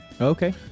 Okay